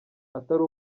atari